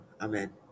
Amen